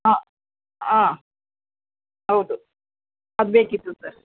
ಹಾಂ ಹಾಂ ಹೌದು ಅದು ಬೇಕಿತ್ತು ಸರ್